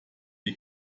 die